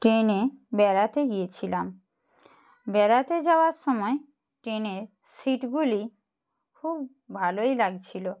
ট্রেনে বেড়াতে গিয়েছিলাম বেড়াতে যাওয়ার সময় ট্রেনের সিটগুলি খুব ভালোই লাগছিলো